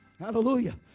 Hallelujah